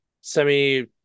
semi